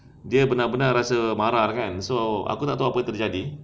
dia benar-benar rasa marah kan so aku tak tahu apa terjadi